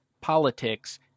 politics